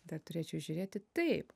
bet turėčiau žiūrėti taip